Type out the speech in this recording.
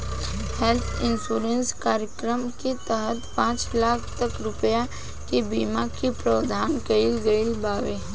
health insurance कार्यक्रम के तहत पांच लाख तक रुपिया के बीमा के प्रावधान कईल गईल बावे